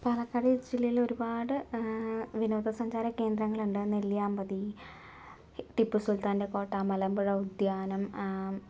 പാലക്കാട് ജില്ലയിൽ ഒരുപാട് വിനോദസഞ്ചാരകേന്ദ്രങ്ങൾ ഉണ്ട് നെല്ലിയാമ്പതി ടിപ്പുസുൽത്താൻറെ കോട്ട മലമ്പുഴ ഉദ്യാനം